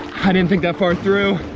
i didn't think that far through.